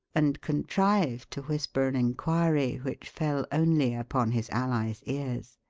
and contrived to whisper an inquiry which fell only upon his ally's ears.